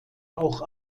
auch